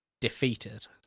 defeated